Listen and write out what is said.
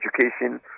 education